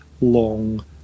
long